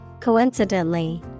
Coincidentally